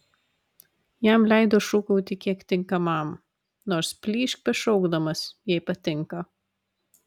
jam leido šūkauti kiek tinkamam nors plyšk bešaukdamas jei patinka